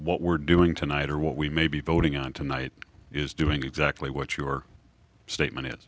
what we're doing tonight or what we may be voting on tonight is doing exactly what your statement i